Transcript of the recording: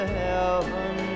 heaven